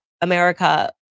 America